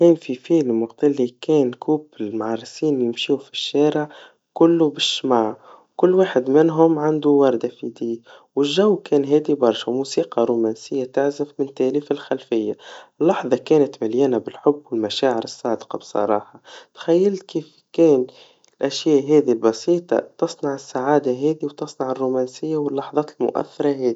كان في فيلم وقت اللي كان زوجان معرسين يمشون في الشارع, كله بالشماع, كل واحد منهم وردا في يديه, والجو كان هادي برشا, وموسيقا رومانسيا تعزف من تالي في الخلفيا, لحظا كانت مليانا بالحب, والمشاعر الصادقا بصراحا, تخيل كيف كان الأشياء هادي البسيطا تصنع السعادا هاذي, وتصنع الرومانسيا واللحظات المؤثرا هاذي.